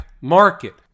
market